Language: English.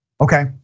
Okay